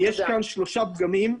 יש כאן שלושה פגמים: